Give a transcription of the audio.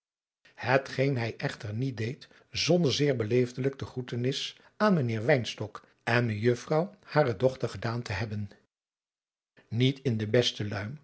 hetgeen hij echter niet deed zonder zeer beleefdelijk de groetenis aan mijnheer wynstok en mejuffrouw hare dochter gedaan te hebben niet in de beste luim